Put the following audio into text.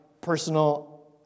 personal